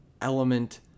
element